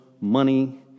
money